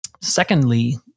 secondly